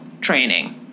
training